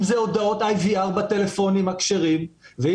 אם זה הודעות IVR בטלפונים הכשרים,